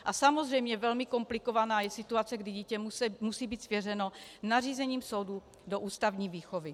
A samozřejmě velmi komplikovaná je situace, kdy dítě musí být svěřeno nařízením soudu do ústavní výchovy.